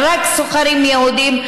רק של סוחרים יהודים,